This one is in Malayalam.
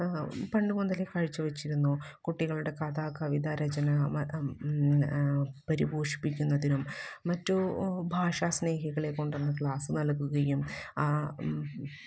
പണ്ടുമുതലേ കാഴ്ചവെച്ചിരുന്നു കുട്ടികളുടെ കഥ കവിത രചന പരിപോഷിപ്പിക്കുന്നതിനും മറ്റ് ഭാഷാ സ്നേഹികളെ കൊണ്ടുവന്ന് ക്ലാസ് നൽകുകയും